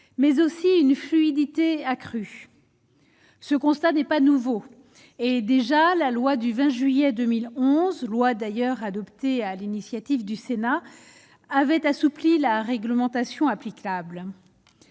mais aussi une fluidité accrue, ce constat n'est pas nouveau et, déjà, la loi du 20 juillet 2011 lois d'ailleurs adopté à l'initiative du Sénat avait assoupli la réglementation applicable